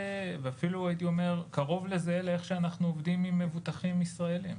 ואפילו הייתי אומר קרוב לאיך שאנחנו עובדים עם מבוטחים ישראלים.